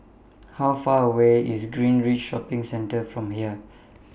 How Far away IS Greenridge Shopping Centre from here